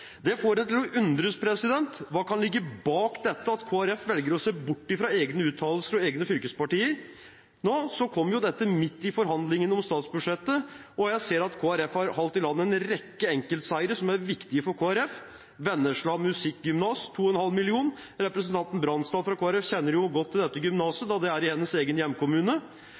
Det får en til å undres på hva som kan ligge bak det at Kristelig Folkeparti velger å se bort fra egne uttalelser og egne fylkespartier. Nå kom dette midt i forhandlingene om statsbudsjettet, og jeg ser at Kristelig Folkeparti har halt i land en rekke enkeltseire som er viktig for Kristelig Folkeparti, f.eks. Vennesla Musikkgymnas 2,5 mill. kr. Representanten Bransdal fra Kristelig Folkeparti kjenner jo godt til dette gymnaset da det er i hennes egen hjemkommune.